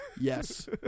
Yes